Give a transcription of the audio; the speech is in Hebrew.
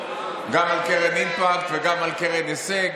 גם על קרן אימפקט וגם על קרן הישג.